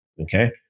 Okay